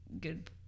good